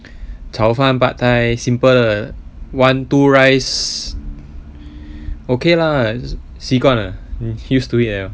炒饭 pad thai simple 的 one two rice okay lah 习惯了 used to it